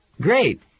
Great